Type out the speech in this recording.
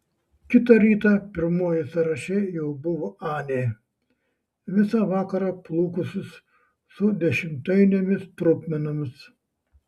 kitą rytą pirmoji sąraše jau buvo anė visą vakarą plūkusis su dešimtainėmis trupmenomis